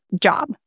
job